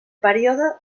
període